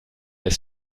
ist